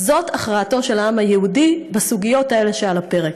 זאת הכרעתו של העם היהודי בסוגיות האלה שעל הפרק.